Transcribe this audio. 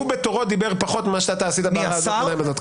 שהוא בתורו דיבר פחות ממה שאתה עשית בקריאת ביניים הזאת.